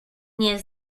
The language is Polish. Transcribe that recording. nie